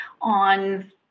on